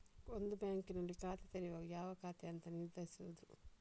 ಒಂದು ಬ್ಯಾಂಕಿನಲ್ಲಿ ಖಾತೆ ತೆರೆಯುವಾಗ ಯಾವ ಖಾತೆ ಅಂತ ನಿರ್ಧರಿಸುದು